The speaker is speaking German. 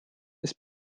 ist